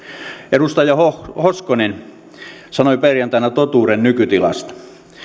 edustaja hoskonen sanoi perjantaina totuuden nykytilasta